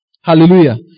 Hallelujah